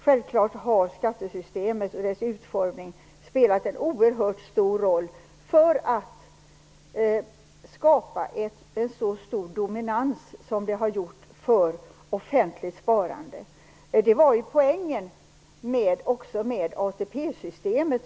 Självklart har skattesystemet och dess utformning spelat en oerhört stor roll för att skapa en så stor dominans som systemet har gjort för offentligt sparande. Det var ju poängen också med ATP-systemet.